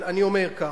אני אומר כך: